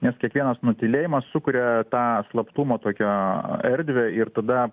nes kiekvienas nutylėjimas sukuria tą slaptumo tokią erdvę ir tada